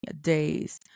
days